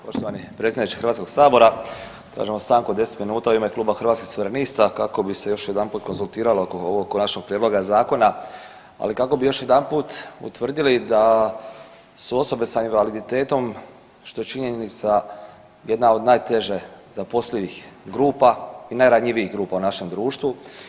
Poštovani predsjedniče Hrvatskog sabora, tražim stanku od 10 minuta u ime kluba Hrvatskih suverenista kako bi se još jedanput konzultirali oko ovog konačnog prijedloga zakona, ali kako bi i još jedanput utvrdili da su osobe sa invaliditetom što je činjenica jedna od najteže zaposlivih grupa i najranjivijih grupa u našem društvu.